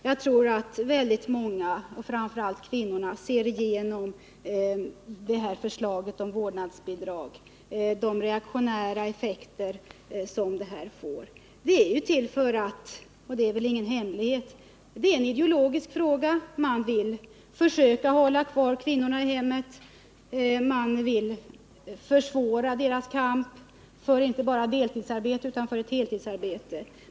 Jag tror att många, framför allt kvinnorna, i föreliggande förslag om vårdnadsbidrag ser de reaktionära effekter detta kommer att få. Det är en ideologisk fråga — det är ju ingen hemlighet. Man vill försöka hålla kvar kvinnorna i hemmet, man vill försvåra deras kamp inte bara för deltidsarbete utan också för ett heltidsarbete.